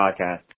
Podcast